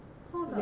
Toggle